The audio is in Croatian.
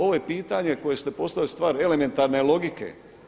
Ovo je pitanje koje ste postavili stvar elementarne logike.